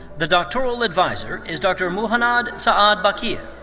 the doctoral adviser is dr. muhannad sa-a um bakir.